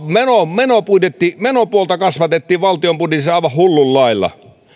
menopuolta kasvatettiin valtion budjetissa aivan hullun lailla